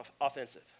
offensive